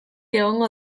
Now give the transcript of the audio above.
egongo